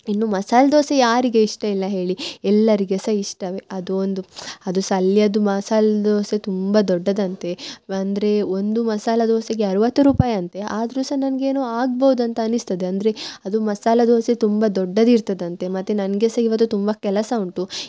ಇನ್ನು ಮಸಾಲ ದೋಸೆ ಯಾರಿಗೆ ಇಷ್ಟ ಇಲ್ಲ ಹೇಳಿ ಎಲ್ಲರಿಗೆ ಸಹ ಇಷ್ಟವೆ ಅದು ಒಂದು ಅದು ಸಹ ಅಲ್ಲಿಯದು ಮಸಾಲ ದೋಸೆ ತುಂಬ ದೊಡ್ಡದು ಅಂತೆ ಅಂದ್ರೇ ಒಂದು ಮಸಾಲ ದೋಸೆಗೆ ಅರವತ್ತು ರುಪಾಯಿ ಅಂತೆ ಆದರು ಸಹ ನನಗೇನು ಆಗ್ಬೋದು ಅಂತ ಅನಿಸ್ತದೆ ಅಂದರೆ ಅದು ಮಸಾಲ ದೋಸೆ ತುಂಬ ದೊಡ್ಡದಿರ್ತದಂತೆ ಮತ್ತು ನನಗೆ ಸಹ ಇವತ್ತು ತುಂಬ ಕೆಲಸ ಉಂಟು